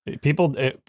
People